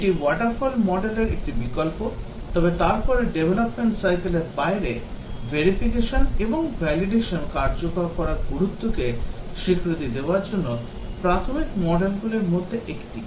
এটি waterfall model র একটি বিকল্প তবে তারপরে development cycle র বাইরে verification এবং validation কার্যকর করার গুরুত্বকে স্বীকৃতি দেওয়ার জন্য প্রাথমিক মডেলগুলির মধ্যে একটি